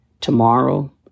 Tomorrow